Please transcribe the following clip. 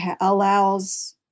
allows